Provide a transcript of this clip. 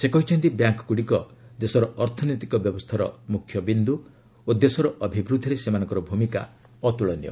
ସେ କହିଛନ୍ତି ବ୍ୟାଙ୍କଗୁଡ଼ିକ ଦେଶର ଅର୍ଥନୈତିକ ବ୍ୟବସ୍ଥାର ମୁଖ୍ୟ ବିନ୍ଦୁ ଓ ଦେଶର ଅଭିବୃଦ୍ଧିରେ ସେମାନଙ୍କର ଭୂମିକା ଅତୁଳନୀୟ